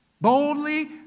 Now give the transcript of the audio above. Boldly